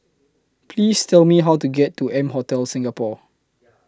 Please Tell Me How to get to M Hotel Singapore